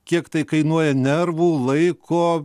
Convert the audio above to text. kiek tai kainuoja nervų laiko